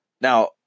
Now